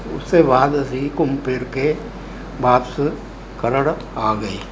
ਉਸ ਤੋਂ ਬਾਅਦ ਅਸੀਂ ਘੁੰਮ ਫਿਰ ਕੇ ਵਾਪਸ ਖਰੜ ਆ ਗਏ